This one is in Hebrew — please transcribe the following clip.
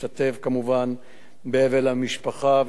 להשתתף באבל המשפחה,